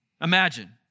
imagine